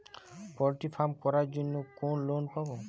Poultry farm করার জন্য কোন লোন পাব?